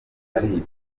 ari